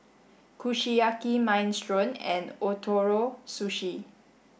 Kushiyaki Minestrone and Ootoro Sushi